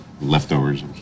Leftovers